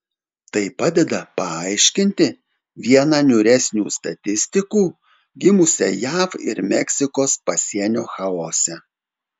tai padeda paaiškinti vieną niūresnių statistikų gimusią jav ir meksikos pasienio chaose